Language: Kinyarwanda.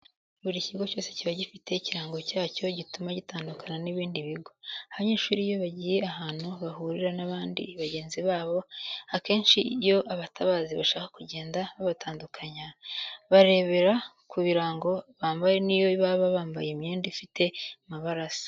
Buri kigo cyose kiba gifite ikirango cyacyo gituma gitandukana n'ibindi bigo. Abanyeshuri iyo bagiye ahantu bahurira n'abandi bagenzi babo akenshi iyo abatabazi bashaka kugenda babatandukanya, barebera ku birango bambaye n'iyo baba bamabaye imyenda ifite amabara asa.